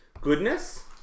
goodness